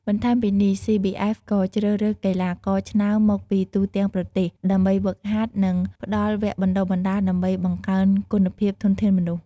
បន្ថែមពីនេះ CBF ក៍ជ្រើសរើសកីឡាករឆ្នើមមកពីទូទាំងប្រទេសដើម្បីហ្វឹកហាត់ និង ផ្តល់វគ្គបណ្តុះបណ្តាលដើម្បីបង្កើនគុណភាពធនធានមនុស្ស។។